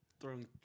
throwing